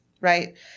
right